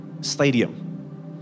Stadium